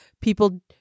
people